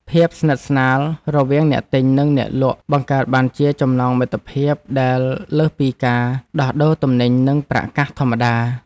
ភាពស្និទ្ធស្នាលរវាងអ្នកទិញនិងអ្នកលក់បង្កើតបានជាចំណងមិត្តភាពដែលលើសពីការដោះដូរទំនិញនិងប្រាក់កាសធម្មតា។